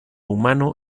humano